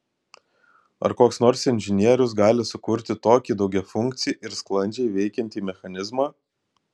ar koks nors inžinierius gali sukurti tokį daugiafunkcį ir sklandžiai veikiantį mechanizmą